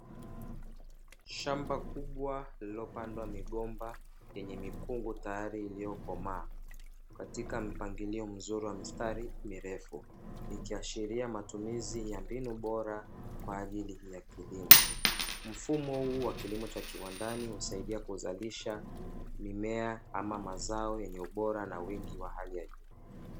Shamba kubwa lililopandwa migomba lenye mikungu tayari iliyokomaa katika mpangilio mzuri wa mistari mirefu, ikiashiria matumizi ya mbinu bora kwa ajili ya kilimo. Mfumo huu wa kilimo cha kiwandani husaidia kuzalisha mimea ama mazao yenye ubora na wingi wa hali ya juu.